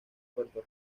puerto